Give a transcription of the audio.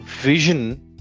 Vision